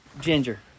Ginger